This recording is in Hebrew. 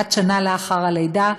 עד שנה לאחר הלידה,